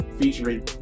featuring